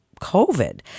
COVID